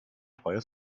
freie